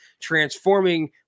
transforming